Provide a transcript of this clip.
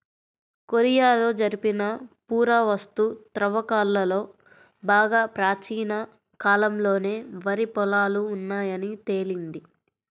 కొరియాలో జరిపిన పురావస్తు త్రవ్వకాలలో బాగా ప్రాచీన కాలంలోనే వరి పొలాలు ఉన్నాయని తేలింది